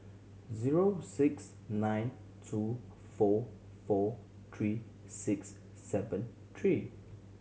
zero six nine two four four three six seven three